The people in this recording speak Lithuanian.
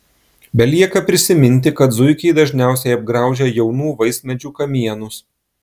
belieka prisiminti kad zuikiai dažniausiai apgraužia jaunų vaismedžių kamienus